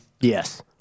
Yes